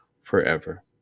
forever